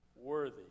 worthy